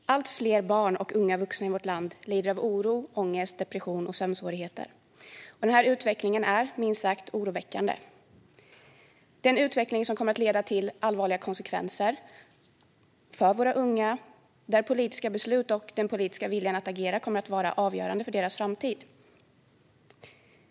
Fru talman! Allt fler barn och unga vuxna i vårt land lider av oro, ångest, depression och sömnsvårigheter. Den här utvecklingen är minst sagt oroväckande. Det är en utveckling som kommer att leda till allvarliga konsekvenser för våra unga där politiska beslut och den politiska viljan att agera kommer att vara avgörande för deras framtid.